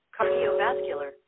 cardiovascular